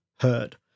heard